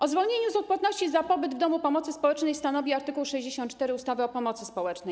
O zwolnieniu z odpłatności za pobyt w domu pomocy społecznej stanowi art. 64 ustawy o pomocy społecznej.